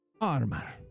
armor